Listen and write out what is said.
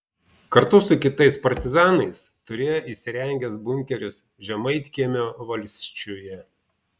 kartu su kitais partizanais turėjo įsirengęs bunkerius žemaitkiemio valsčiuje